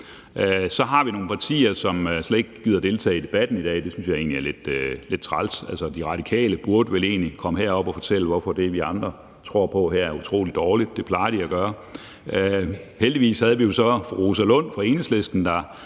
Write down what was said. Så har vi nogle partier, som slet ikke gider at deltage i debatten i dag – det synes jeg egentlig er lidt træls. De Radikale burde vel egentlig komme her op og fortælle, hvorfor det, vi andre her tror på, er utrolig dårligt – det plejer de at gøre. Heldigvis havde vi jo så fru Rosa Lund fra Enhedslisten, der